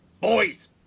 Boys